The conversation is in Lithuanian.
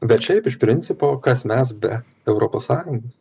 bet šiaip iš principo kas mes be europos sąjungos